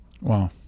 Wow